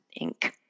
Inc